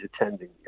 attending